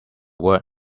word